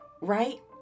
right